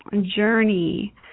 journey